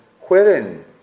wherein